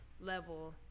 level